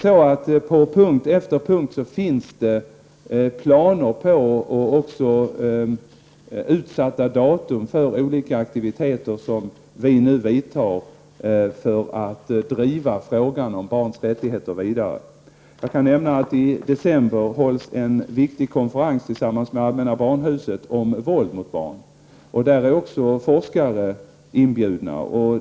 På punkt efter punkt finns planer och utsatta datum för olika aktiviteter som vi nu vidtar för att driva frågan om barns rättigheter vidare. Jag kan nämna att i december hålls en viktig konferens tillsammans med Allmänna barnhuset om våld mot barn. Där är också forskare inbjudna.